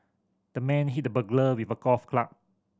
the man hit the burglar with a golf club